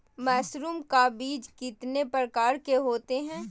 Mushroom का बीज कितने प्रकार के होते है?